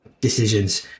decisions